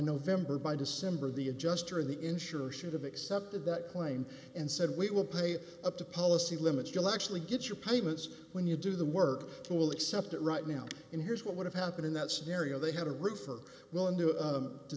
november by december the adjuster of the insurer should have accepted that claim and said we will pay up the policy limits you'll actually get your payments when you do the work will accept it right now in here's what would have happened in that scenario they had a roofer will and do a to